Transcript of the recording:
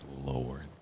Lord